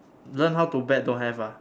learn how to bet don't have ah